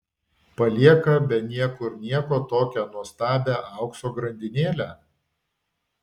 palieka be niekur nieko tokią nuostabią aukso grandinėlę